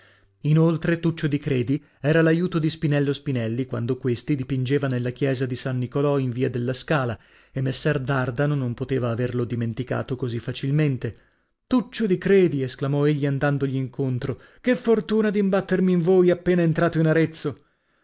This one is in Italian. inoltre tuccio di credi era l'aiuto di spinello spinelli quando questi dipingeva nella chiesa di san nicolò in via della scala e messer dardano non poteva averlo dimenticato così facilmente tuccio di credi esclamò egli andandogli incontro che fortuna d'imbattermi in voi appena entrato in arezzo